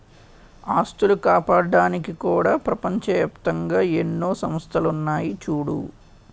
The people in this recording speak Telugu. ఆస్తులు కాపాడ్డానికి కూడా ప్రపంచ ఏప్తంగా ఎన్నో సంస్థలున్నాయి చూడూ